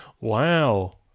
Wow